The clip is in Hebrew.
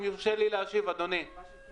אם יורשה לי להשיב אדוני היושב ראש.